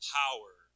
power